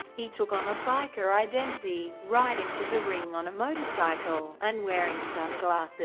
he took on a biker identity, riding to the ring on a motorcycle, and wearing sunglasses